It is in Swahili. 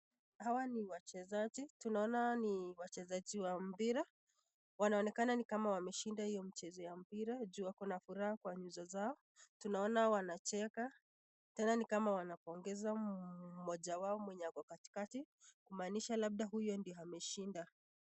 Hawa ni wachezaji, tunaona ni wachezaji wa mpira, wanaonekana ni kama wameshinda hiyo mchezo ya mpira juu wako na furaha kwa nyuso zao, tunaona wanacheka, tena ni kama wanapongeza mmoja wao mwenye ako katikati, kumaanisha labda huyo ndo ameshinda.